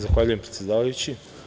Zahvaljujem, predsedavajući.